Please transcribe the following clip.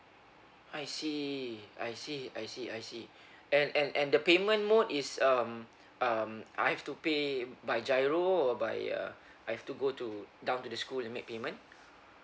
I see I see I see I see and and and the payment mode is um um I've to pay by giro or by uh I've to go to down to the school and make payment